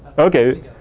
okay.